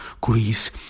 Greece